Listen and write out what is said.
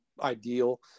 ideal